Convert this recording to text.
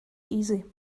easy